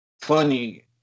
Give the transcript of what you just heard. funny